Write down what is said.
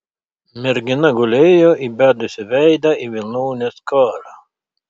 mergina gulėjo įbedusi veidą į vilnonę skarą